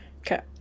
Okay